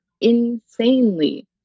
insanely